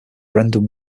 brendan